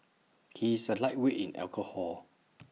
he is A lightweight in alcohol